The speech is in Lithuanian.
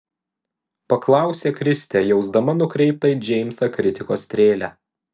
paklausė kristė jausdama nukreiptą į džeimsą kritikos strėlę